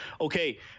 Okay